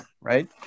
right